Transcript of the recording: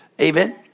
Amen